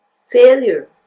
failure